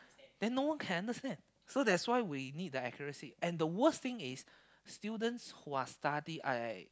then no one can understand so that's why we need the accuracy and the worst thing is students who are study I